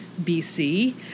BC